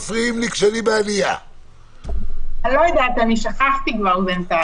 במיוחד אל מול מגפה עולמית שעוד לא ידענו מה יהיו אתגריה.